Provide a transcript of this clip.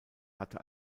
hatte